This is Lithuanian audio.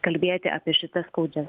kalbėti apie šitas skaudžias